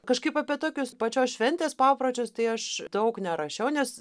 kažkaip apie tokius pačios šventės papročius tai aš daug nerašiau nes